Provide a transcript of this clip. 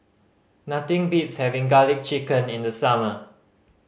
nothing beats having Garlic Chicken in the summer